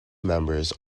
members